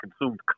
consumed